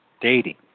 dating